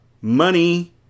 Money